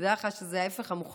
תדע לך שזה ההפך המוחלט.